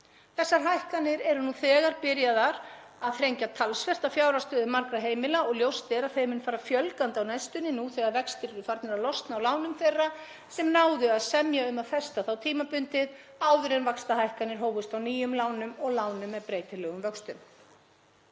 Þessar hækkanir eru þegar byrjaðar að þrengja talsvert að fjárhagsstöðu margra heimila og ljóst er að þeim mun fara fjölgandi á næstunni, nú þegar vextir eru farnir að losna á lánum þeirra sem náðu að semja um að festa þá tímabundið áður en vaxtahækkanir hófust á nýjum lánum og lánum með breytilegum vöxtum.